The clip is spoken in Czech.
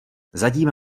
zatím